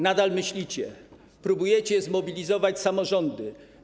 Nadal myślicie, próbujecie zmobilizować samorządy.